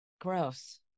gross